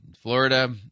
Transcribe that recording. Florida